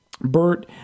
Bert